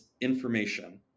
information